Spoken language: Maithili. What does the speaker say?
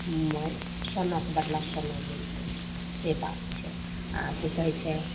सोनाके बदले सोना मिलतै से बात छै आ की कहै छै